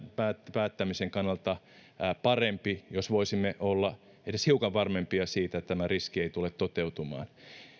päättämisen kannalta parempi jos voisimme olla edes hiukan varmempia siitä että tämä riski ei tule toteutumaan